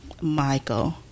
Michael